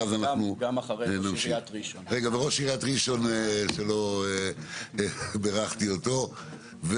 נמצא פה גם ראש עיריית ראשון לציון שלא בירכתי אותו,